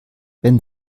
wenn